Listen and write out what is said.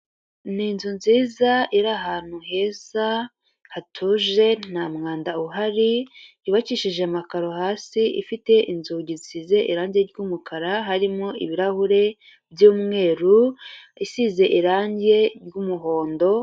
Ni inzu nziza iri ahantu heza hatuje nta mwanda uhari, yubakishije amakaro hasi, ifite inzugi zisize irange ry'umukara harimo ibirahure by'umweru, isize irange ry'umuhondo.